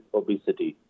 obesity